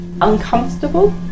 uncomfortable